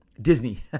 Disney